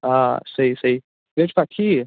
آ صحیٖح صحیٖح بیٚیہِ چھُ کھا ٹھیٖک